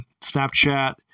Snapchat